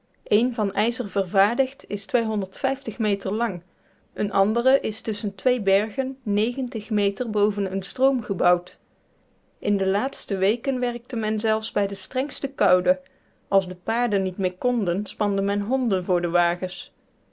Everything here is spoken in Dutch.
één van ijzer vervaardigd is meter lang een andere is tusschen twee bergen meter boven een stroom gebouwd in de laatste weken werkte men zelfs bij de strengste koude als de paarden niet meer konden spande men honden voor wagens